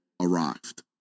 arrived